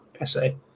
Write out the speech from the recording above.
essay